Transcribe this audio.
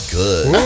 good